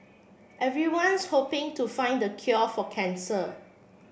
everyone's hoping to find the cure for cancer